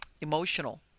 emotional